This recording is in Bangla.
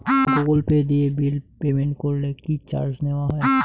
গুগল পে দিয়ে বিল পেমেন্ট করলে কি চার্জ নেওয়া হয়?